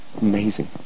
Amazing